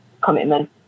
commitment